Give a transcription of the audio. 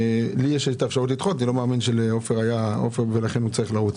לי יש האפשרות לדחות אני לא מאמין שלעופר היתה ולכן הוא צריך לרוץ.